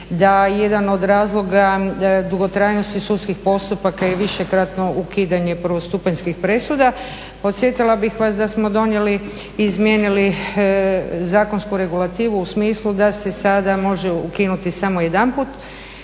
je jedan od razloga dugotrajnosti sudskih postupaka je višekratno ukidanje prvostupanjskih presuda. Podsjetila bih vas da smo donijeli i izmijenili zakonsku regulativu u smislu da se sada može ukinuti samo jedanput